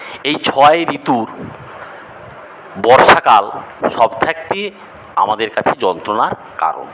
এই ছয় ঋতুর বর্ষাকাল সব থাকতে আমাদের কাছে যন্ত্রণার কারণ